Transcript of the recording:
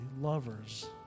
lovers